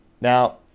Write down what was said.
Now